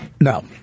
No